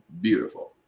beautiful